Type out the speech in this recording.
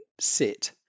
sit